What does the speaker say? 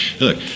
Look